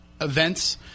events